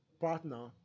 partner